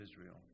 Israel